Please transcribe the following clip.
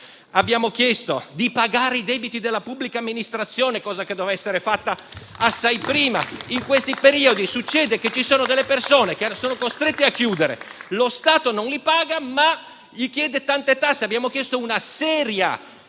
Abbiamo chiesto di pagare i debiti della pubblica amministrazione, cosa che doveva essere fatta assai prima. In questi periodi succede che ci sono persone che sono costrette a chiudere, lo Stato non le paga, ma chiede loro tante tasse. Abbiamo chiesto uno sgravio